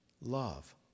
love